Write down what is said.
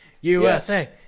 USA